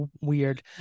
weird